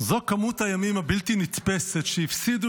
זאת מספר הימים הבלתי-נתפס שהפסידו